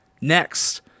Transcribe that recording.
Next